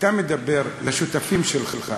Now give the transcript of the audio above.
ואתה מדבר לשותפים שלך,